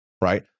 Right